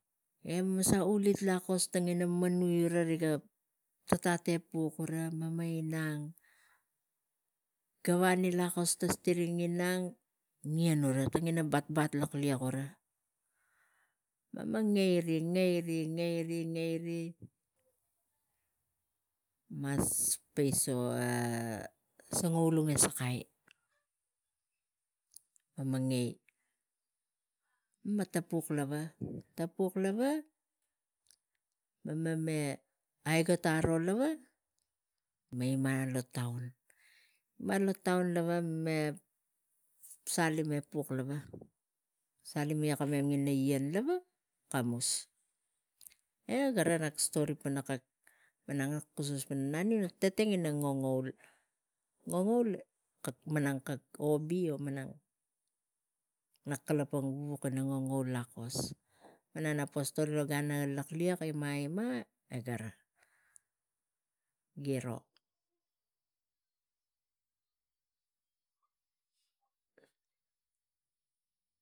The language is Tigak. Mema sa ulit lakos e tang manui ira rik tatat e puk e mema inang gavani lakos stiring inang ien ura tang ina batbat lakliek gura mema ngl ri, ngel ri, ngel ri igi mas peiso a songolung e sakai mema ngel mem tapuk lava, tapuk lava e mema me aigot aroi tang ien e mema inang lo taun, mema ima lo taun lava salim e puk lava, salim mi komom tang ina ien lava gare nak stori malang mem kuskus pana naniu tetengina ngongoul, ngoungoul malang kak hobby nak kalapang wuk kani wo lakos e naga pon stori ga ima ima e giro.